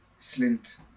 Slint